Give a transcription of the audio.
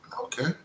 Okay